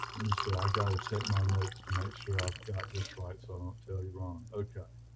let me see i gotta check my notes to make sure i've got this right so i don't tell you wrong, okay